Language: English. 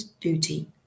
duty